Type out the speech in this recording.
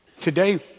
Today